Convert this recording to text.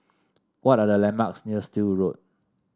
what are the landmarks near Still Road